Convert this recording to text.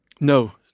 no